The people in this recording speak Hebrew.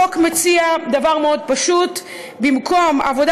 החוק מציע דבר פשוט מאוד: במקום עבודה